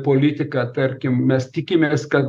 politika tarkim mes tikimės kad